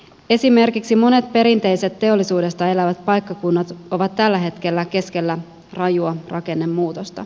esimerkiksi monet perinteiset teollisuudesta elävät paikkakunnat ovat tällä hetkellä keskellä rajua rakennemuutosta